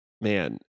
man